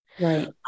Right